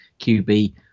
QB